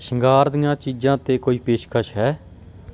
ਸ਼ਿੰਗਾਰ ਦੀਆਂ ਚੀਜ਼ਾਂ 'ਤੇ ਕੋਈ ਪੇਸ਼ਕਸ਼ ਹੈ